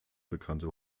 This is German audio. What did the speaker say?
bekannte